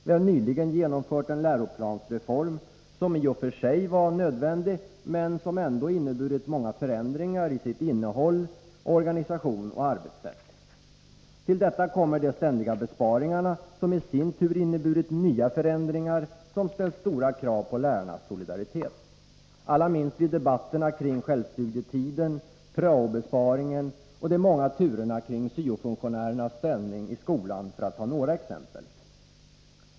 Vi har nyligen genomfört en läroplansreform, som i och för sig var nödvändig men som ändock inneburit många förändringar beträffande innehåll, organisation och arbetssätt. Till detta kommer de ständiga besparingarna, som i sin tur inneburit nya förändringar och som ställt stora krav på lärarnas solidaritet. Alla minns vi debatterna kring självstudietiden, prao-besparingen och de många turerna kring syo-funktionärernas ställning i skolan, för att ta några exempel.